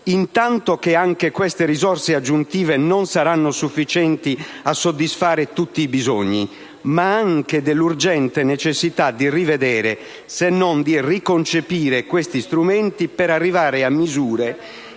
intanto che anche queste risorse aggiuntive non saranno sufficienti a soddisfare tutti i bisogni, ma anche dell'urgente necessità di rivedere se non di riconcepire questi strumenti per arrivare a misure